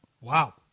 Wow